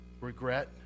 regret